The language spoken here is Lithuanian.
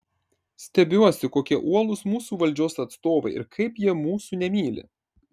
stebiuosi kokie uolūs mūsų valdžios atstovai ir kaip jie mūsų nemyli